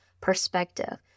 perspective